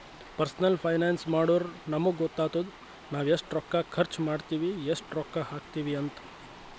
personal finance ಮಾಡುರ್ ನಮುಗ್ ಗೊತ್ತಾತುದ್ ನಾವ್ ಎಸ್ಟ್ ರೊಕ್ಕಾ ಖರ್ಚ್ ಮಾಡ್ತಿವಿ, ಎಸ್ಟ್ ರೊಕ್ಕಾ ಹಾಕ್ತಿವ್ ಅಂತ್